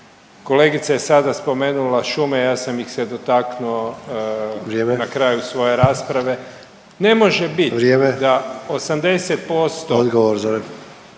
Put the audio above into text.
Kolegica je sada spomenula šume, ja sam ih se dotaknuo na kraju svoje rasprave … …/Upadica Sanader: